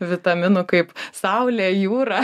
vitaminų kaip saulė jūra